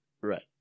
Right